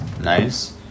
Nice